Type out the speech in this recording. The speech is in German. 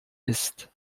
ist